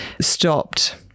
stopped